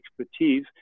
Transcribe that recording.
expertise